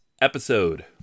episode